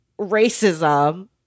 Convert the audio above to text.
racism